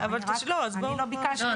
לא, אני לא ביקשתי.